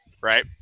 Right